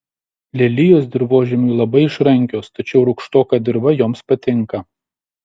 lelijos dirvožemiui labai išrankios tačiau rūgštoka dirva joms patinka